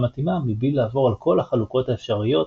מתאימה מבלי לעבור על כל החלוקות האפשריות,